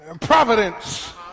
providence